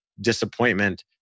disappointment